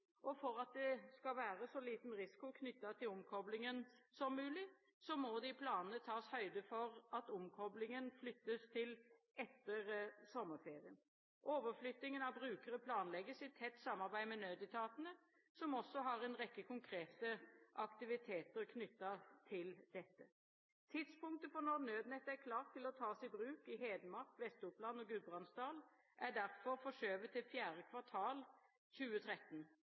2013. For at det skal være så liten risiko knyttet til omkoblingen som mulig, må det i planene tas høyde for at omkoblingen flyttes til etter sommerferien. Overflyttingen av brukere planlegges i tett samarbeid med nødetatene, som også har en rekke konkrete aktiviteter knyttet til dette. Tidspunktet for når Nødnett er klart til å tas i bruk i Hedmark, Vest-Oppland og Gudbrandsdalen er derfor forskjøvet til fjerde kvartal 2013.